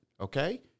okay